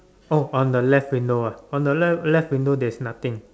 oh on the left window ah on the left left window there's nothing